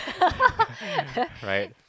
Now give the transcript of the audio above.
Right